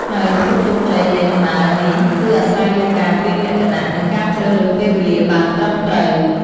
ហើយភាពជោគជ័យនៃដំណើរនេះគឺអាស្រ័យលើការត្រៀមលក្ខណៈ និងការជ្រើសរើសពេលវេលាបានត្រឹមត្រូវ។